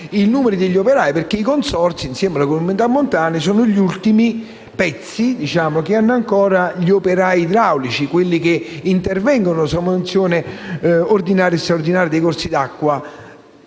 il numero degli operai, perché i consorzi, insieme alle comunità montane, sono gli ultimi enti che hanno ancora gli operai idraulici che intervengono sulla manutenzione ordinaria e straordinaria dei corsi d’acqua